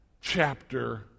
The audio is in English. chapter